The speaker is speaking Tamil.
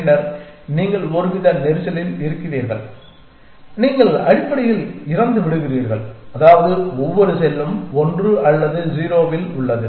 பின்னர் நீங்கள் ஒருவித நெரிசலில் இருக்கிறீர்கள் நீங்கள் அடிப்படையில் இறந்து விடுகிறீர்கள் அதாவது ஒவ்வொரு செல்லும் 1 அல்லது 0 இல் உள்ளது